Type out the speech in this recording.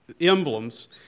emblems